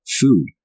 food